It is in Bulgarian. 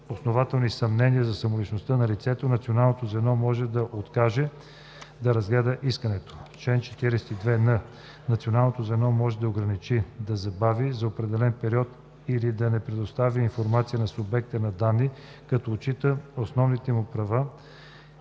основателни съмнения за самоличността на лицето, Националното звено може да откаже да разгледа искането. Чл. 42н3. Националното звено може да ограничи, да забави за определен период или да не предостави информация на субекта на данни, като отчита основните му права